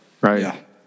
right